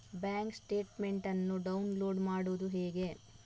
Bank statement ಅನ್ನು download ಮಾಡುವುದು ಹೇಗೆ?